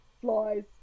Flies